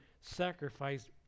sacrifice